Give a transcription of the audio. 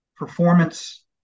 performance